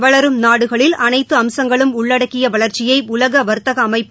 வளரும் நாடுகளில் அனைத்து அம்சங்களும் உள்ளடக்கிய வளர்ச்சியை உலக வர்த்தக அமைப்பு